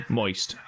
moist